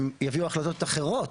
הם יביאו החלטות אחרות,